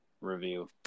review